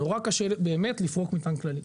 באמת נורא קשה לפרוק מטען כללי.